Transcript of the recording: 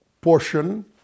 portion